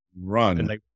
Run